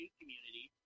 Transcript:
community